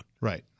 Right